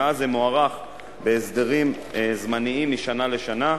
מאז זה מוארך בהסדרים זמניים משנה לשנה.